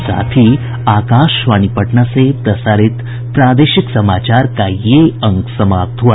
इसके साथ ही आकाशवाणी पटना से प्रसारित प्रादेशिक समाचार का ये अंक समाप्त हुआ